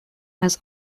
has